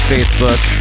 Facebook